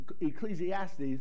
Ecclesiastes